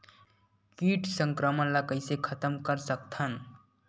कीट संक्रमण ला कइसे खतम कर सकथन?